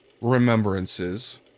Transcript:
remembrances